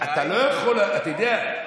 אתה יודע,